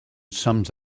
sums